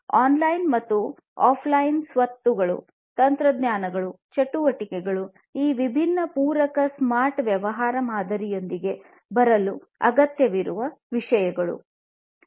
online ಮತ್ತು offline ಸ್ವತ್ತುಗಳು ತಂತ್ರಜ್ಞಾನಗಳು ಚಟುವಟಿಕೆಗಳು ಈ ವಿಭಿನ್ನ ಪೂರಕ ಸ್ಮಾರ್ಟ್ ವ್ಯವಹಾರ ಮಾದರಿಯೊಂದಿಗೆ ಬರಲು ಅಗತ್ಯವಿರುವ ವಿಷಯಗಳು ಆಗಿವೆ